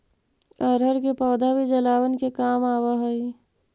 अरहर के पौधा भी जलावन के काम आवऽ हइ